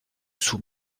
sous